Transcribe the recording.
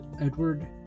Edward